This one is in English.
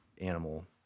animal